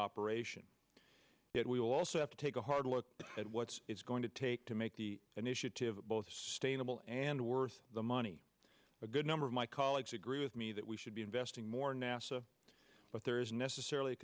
operation that we also have to take a hard look at what's it's going to take to make the initiative both stay noble and worth the money a good number of my colleagues agree with me that we should be investing more nasa but there is necessarily